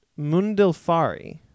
Mundilfari